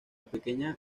pequeña